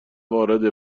وارد